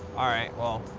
all right, well,